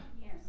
Yes